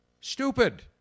Stupid